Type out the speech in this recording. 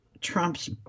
Trump's